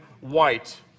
white